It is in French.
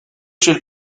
chez